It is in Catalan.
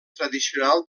tradicional